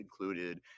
included